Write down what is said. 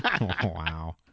Wow